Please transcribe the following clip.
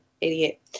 idiot